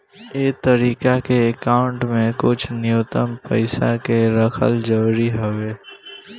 ए तरीका के अकाउंट में कुछ न्यूनतम पइसा के रखल जरूरी हवे